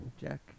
Jack